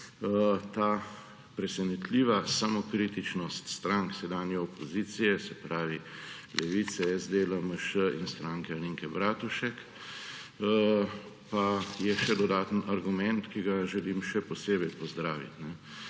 ta presenetljiva samokritičnost strank sedanje opozicije, se pravi Levice, SD, LMŠ in Stranke Alenke Bratušek, pa je še dodaten argument, ki ga želim še posebej pozdraviti.